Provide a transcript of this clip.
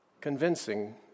convincing